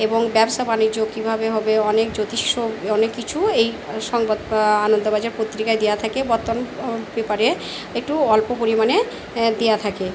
এবং ব্যবসা বাণিজ্য কীভাবে হবে অনেক জ্যোতিষ অনেক কিছু এই সংবাদ আনন্দবাজার পত্রিকায় দেওয়া থাকে পেপারে একটু অল্প পরিমাণে দেওয়া থাকে